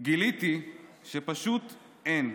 גיליתי שפשוט אין.